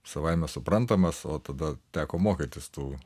savaime suprantamas o tada teko mokytis tų